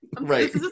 Right